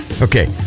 Okay